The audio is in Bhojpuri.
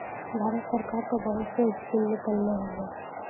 भारत सरकार त बहुत सा स्कीम निकलले हउवन